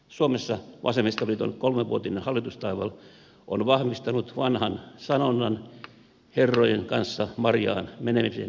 suomessa vasemmistoliiton kolmevuotinen hallitustaival on vahvistanut vanhan sanonnan herrojen kanssa marjaan menemisen seurauksista